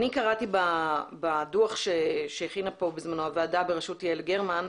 אני קראתי בדו"ח שהכינה פה בזמנו הוועדה בראשות יעל גרמן,